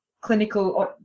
clinical